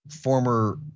former